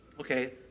Okay